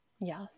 yes